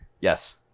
Yes